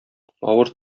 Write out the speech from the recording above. авыр